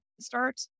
start